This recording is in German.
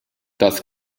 das